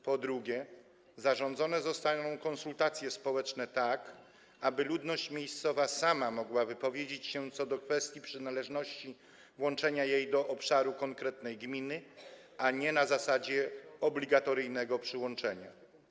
Po drugie, zarządzone zostaną konsultacje społeczne, tak aby ludność miejscowa sama mogła wypowiedzieć się co do kwestii przynależności, włączenia jej do obszaru konkretnej gminy, a nie na zasadzie obligatoryjnego przyłączenia.